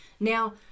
Now